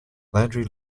landry